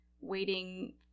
waiting